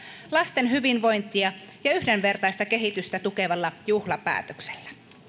lasten hyvinvointia ja yhdenvertaista kehitystä tukevalla juhlapäätöksellä